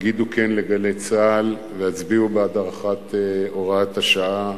הגידו כן ל"גלי צה"ל" והצביעו בעד הארכת הוראת השעה,